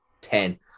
ten